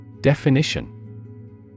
Definition